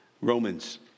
Romans